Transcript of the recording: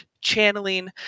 channeling